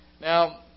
Now